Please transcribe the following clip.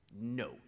No